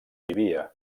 vivia